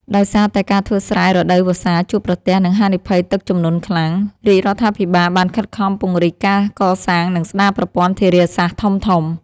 ដោយសារតែការធ្វើស្រែរដូវវស្សាជួបប្រទះនឹងហានិភ័យទឹកជំនន់ខ្លាំង រាជរដ្ឋាភិបាលបានខិតខំពង្រីកការកសាង និងស្តារប្រព័ន្ធធារាសាស្ត្រធំៗ។